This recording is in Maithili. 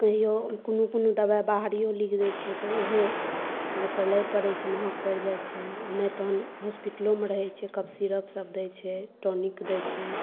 कहियो कोनो कोनो दबाइ बाहरियो लिख दै छै तऽ ओहो लोककें लै परि छै महँग परि जाइ छै नहि तहन हॉस्पिटलोमे रहै छै कफ सीरपसभ दै छै टानिक दै छै